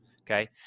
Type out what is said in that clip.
Okay